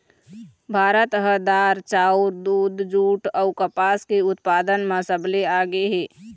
भारत ह दार, चाउर, दूद, जूट अऊ कपास के उत्पादन म सबले आगे हे